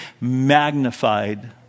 magnified